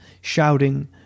shouting